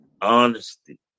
Honesty